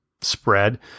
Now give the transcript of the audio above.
spread